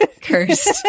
Cursed